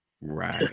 Right